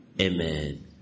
Amen